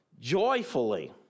joyfully